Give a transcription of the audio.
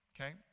okay